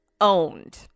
owned